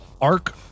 arc